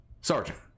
sergeant